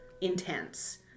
intense